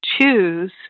choose